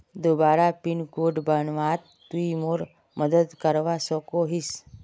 दोबारा pin code बनवात तुई मोर मदद करवा सकोहिस?